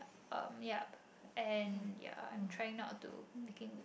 um yup and ya I'm trying not to making